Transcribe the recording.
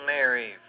Mary